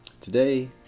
Today